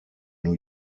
new